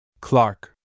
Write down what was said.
Clark